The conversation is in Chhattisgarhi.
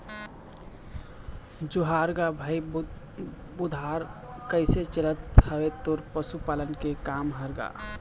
जोहार गा भाई बुधार कइसे चलत हवय तोर पशुपालन के काम ह गा?